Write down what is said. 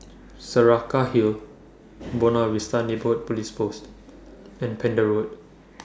Saraca Hill Buona Vista Neighbourhood Police Post and Pender Road